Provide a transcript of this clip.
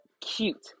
cute